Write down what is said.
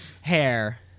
hair